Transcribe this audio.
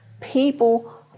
people